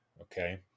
okay